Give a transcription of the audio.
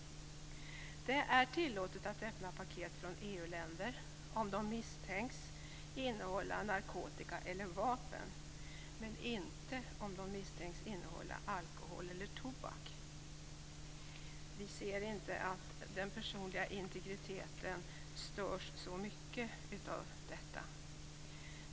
Vidare är det tillåtet att öppna paket från EU länder om paketen misstänks innehålla narkotika eller vapen men inte om de misstänks innehålla alkohol eller tobak. Vi ser inte att den personliga integriteten störs särskilt mycket av detta.